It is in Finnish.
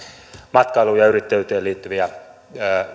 matkailuun ja yrittäjyyteen liittyviä